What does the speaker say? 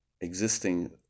existing